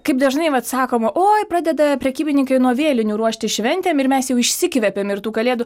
kaip dažnai vat sakoma oi pradeda prekybininkai nuo vėlinių ruoštis šventėm ir mes jau išsikvepiam ir tų kalėdų